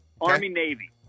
Army-Navy